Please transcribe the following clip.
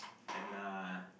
can lah